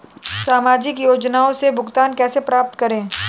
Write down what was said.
सामाजिक योजनाओं से भुगतान कैसे प्राप्त करें?